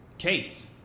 Kate